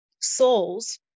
souls